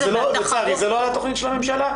זו לא התכנית של הממשלה.